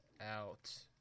out